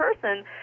person